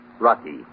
Rocky